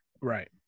Right